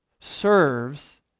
serves